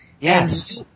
Yes